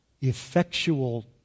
effectual